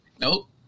nope